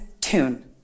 tune